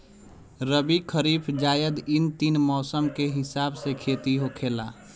रबी, खरीफ, जायद इ तीन मौसम के हिसाब से खेती होखेला